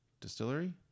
Distillery